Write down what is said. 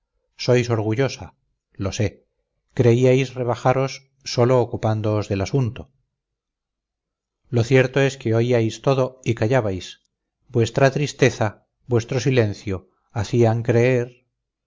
sois orgullosa lo sé creíais rebajaros sólo ocupándoos del asunto lo cierto es que oíais todo y callabais vuestra tristeza vuestro silencio hacían creer